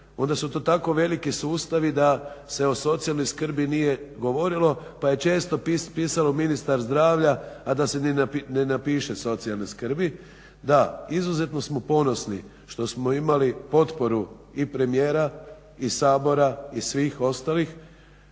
onda su to tako veliki sustavi da se o socijalnoj skrbi nije govorilo pa je često pisao ministar zdravlja a da se ni ne napiše socijalne skrbi. Da, izuzetno smo ponosni što smo imali potporu i premijera i Sabora i svih ostalih